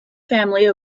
family